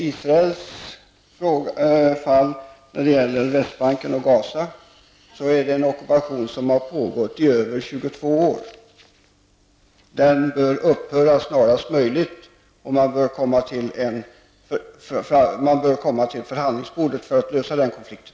Israels ockupation av Västbanken och Gazaremsan har pågått i mer än 22 år. Den bör snarast möjligt upphöra, och man bör komma till förhandlingsbordet för att lösa konflikten.